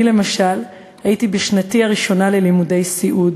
אני למשל הייתי בשנתי הראשונה ללימודי סיעוד.